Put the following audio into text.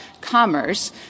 commerce